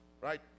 right